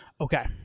Okay